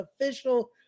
official